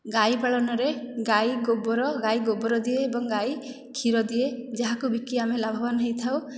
ଗାଈ ପାଳନରେ ଗାଈ ଗୋବର ଗାଈ ଗୋବର ଦିଏ ଏବଂ ଗାଈ କ୍ଷୀର ଦିଏ ଯାହାକୁ ବିକି ଆମେ ଲାଭବାନ ହୋଇଥାଉ